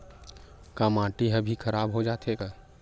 का माटी ह भी खराब हो जाथे का?